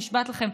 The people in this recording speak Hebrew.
נשבעת לכם,